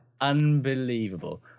Unbelievable